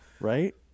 right